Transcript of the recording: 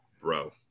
bro